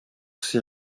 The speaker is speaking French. ces